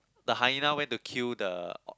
the hyena went to kill the